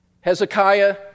Hezekiah